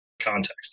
context